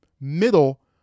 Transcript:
middle